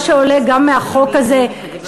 מה שעולה גם מהחוק הזה,